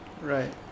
Right